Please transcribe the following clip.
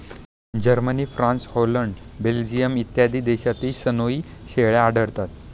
Germany, France, Holland, Belgium इत्यादी देशांतही सनोई शेळ्या आढळतात